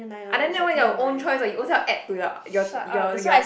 I don't know this one your own choice ah you ovrselves add to your your your your